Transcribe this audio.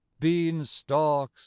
beanstalks